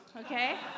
okay